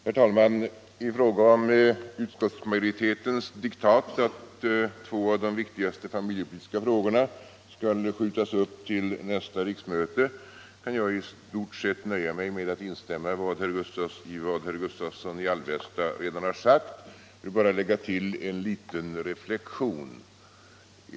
Herr talman! I fråga om utskottsmajoritetens diktat att två av de viktigaste familjepolitiska frågorna skall skjutas upp till nästa riksmöte kan jag i stort sett nöja med mig att instämma i vad herr Gustavsson i Alvesta redan har sagt. Jag vill bara lägga till en liten reflexion.